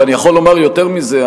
ואני יכול לומר יותר מזה,